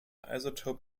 isotope